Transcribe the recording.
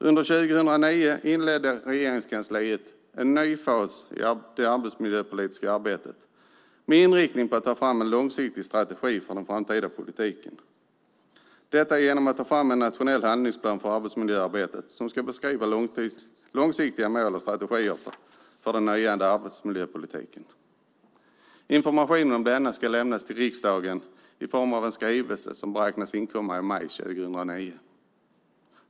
Under 2009 inledde Regeringskansliet en ny fas i det arbetsmiljöpolitiska arbetet med inriktning på att ta fram en långsiktig strategi för den framtida politiken. Detta sker genom att man tar fram en nationell handlingsplan för arbetsmiljöarbetet som ska beskriva långsiktiga mål och strategier för den förnyade arbetsmiljöpolitiken. Information om denna ska lämnas till riksdagen i form av en skrivelse som beräknas inkomma i maj 2010.